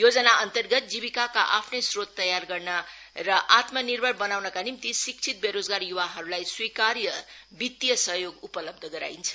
योजनाअन्तर्गत जीविकाका आफ्नै स्रोत तयार गर्न र आत्मनिर्भर बनाउनका निम्ति शिक्षित बेरोजगार य्वाहरूलाई स्वीकार्य वितीय सहयोग उपलब्ध गराइन्छ